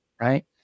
right